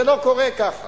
זה לא קורה ככה.